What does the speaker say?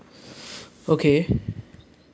okay